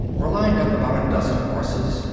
were lined up about a dozen horses,